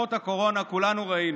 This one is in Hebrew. להשלכות הקורונה כולנו ראינו.